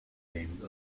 games